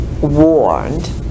warned